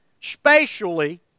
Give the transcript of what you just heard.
spatially